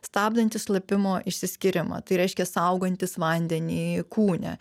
stabdantis šlapimo išsiskyrimą tai reiškia saugantis vandenį kūne